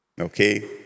Okay